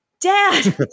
dad